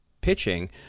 pitching